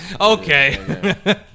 Okay